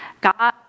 God